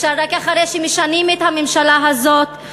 אפשרי רק אחרי שמשנים את הממשלה הזאת,